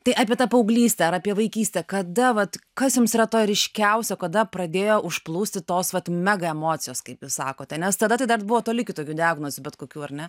tai apie tą paauglystę ar apie vaikystę kada vat kas jums yra to ryškiausio kada pradėjo užplūsti tos vat mega emocijos kaip jūs sakot nes tada dar buvo toli iki tokių diagnozių bet kokių ar ne